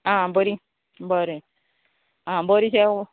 आ बरी बरें आ बरी शेव